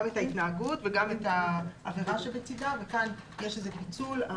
גם את ההתנהגות וגם את העבירה שבצדה וכאן יש איזה פיצול.